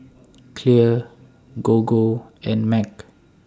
Clear Gogo and Mac